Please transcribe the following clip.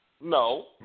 No